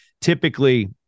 typically